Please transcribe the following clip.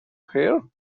hear